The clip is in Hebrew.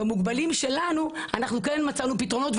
במוגבלים שלנו אנחנו כן מצאנו פתרונות.